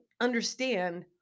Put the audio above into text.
understand